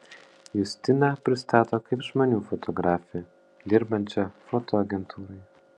justiną pristato kaip žmonių fotografę dirbančią fotoagentūrai